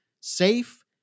safe